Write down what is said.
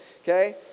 okay